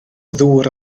ddŵr